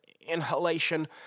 inhalation